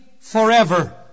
forever